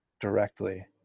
directly